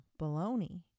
baloney